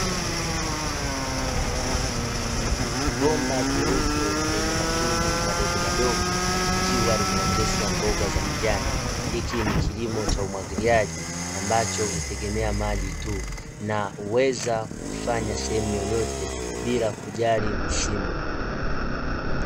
Bomba jeupe lenye matundu madogo madogo, likiwa limeoteshwa mboga za majani, hiki ni kilimo cha umwagiliaji ambacho hutegemea maji tu, na huweza kukifanya sehemu yeyote bila kujali msimu.